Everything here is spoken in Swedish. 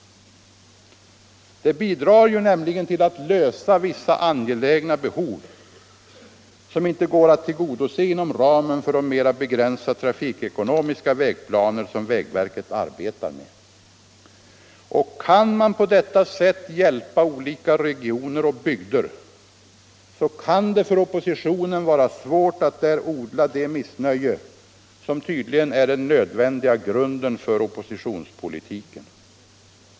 Det bidrar ju till att lösa angelägna behov, som inte går att tillgodose inom ramen för de mera begränsat trafikekonomiska vägplaner som vägverket arbetar med. Och kan man på detta sätt hjälpa olika regioner och bygder, så kan det för oppositionen vara svårt att där odla det missnöje som tydligen är den nödvändiga grunden för oppositionspolitiken.